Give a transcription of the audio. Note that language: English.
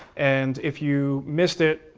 and if you missed it,